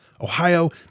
Ohio